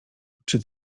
czy